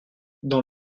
dans